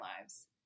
lives